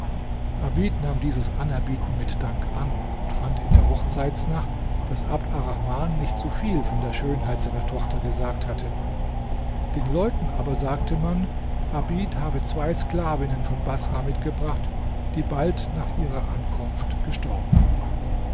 abid nahm dieses anerbieten mit dank an und fand in der hochzeitnacht daß abd arrahman nicht zu viel von der schönheit seiner tochter gesagt hatte den leuten aber sagte man abid habe zwei sklavinnen von baßrah mitgebracht die bald nach ihrer ankunft gestorben